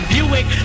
Buick